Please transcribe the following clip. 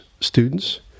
students